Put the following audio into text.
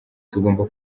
tugomba